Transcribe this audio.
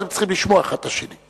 אתם צריכים לשמוע אחד את השני.